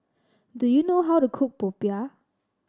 do you know how to cook popiah